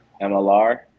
MLR